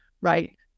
right